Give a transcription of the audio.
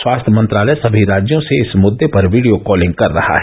स्वास्थ्य मंत्रालय सभी राज्यों से इस मृद्दे पर वीडियो कॉलिंग कर रहा है